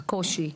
הקושי,